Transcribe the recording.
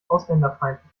ausländerfeindlich